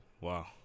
wow